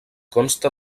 consta